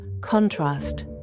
contrast